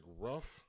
rough